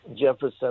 Jefferson